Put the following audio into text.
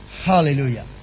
Hallelujah